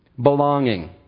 belonging